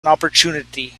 opportunity